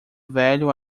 velho